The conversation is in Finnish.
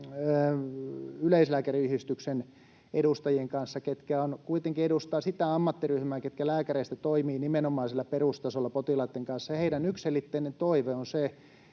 yleislääkäriyhdistyksen edustajien kanssa, ketkä kuitenkin edustavat sitä ammattiryhmää, ketkä lääkäreistä toimivat nimenomaan siellä perustasolla potilaitten kanssa. Heidän yksiselitteinen toiveensa on se,